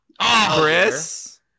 Chris